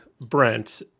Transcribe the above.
Brent